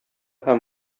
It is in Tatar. һәм